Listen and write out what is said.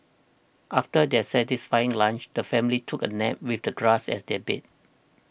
after their satisfying lunch the family took a nap with the grass as their bed